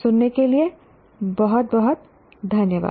सुनने के लिए आपका बहुत बहुत धन्यवाद